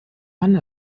mann